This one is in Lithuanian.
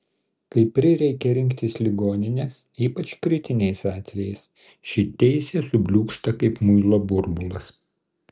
kai prireikia rinktis ligoninę ypač kritiniais atvejais ši teisė subliūkšta kaip muilo burbulas